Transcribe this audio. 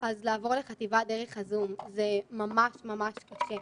אז לעבור לחטיבה דרך הזום זה ממש ממש קשה.